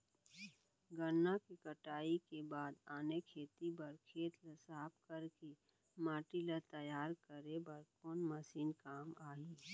गन्ना के कटाई के बाद आने खेती बर खेत ला साफ कर के माटी ला तैयार करे बर कोन मशीन काम आही?